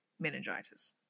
meningitis